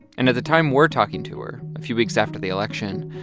and at the time we're talking to her, a few weeks after the election,